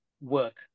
work